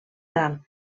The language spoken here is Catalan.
gran